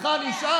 אותך אני אשאל?